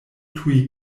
tuj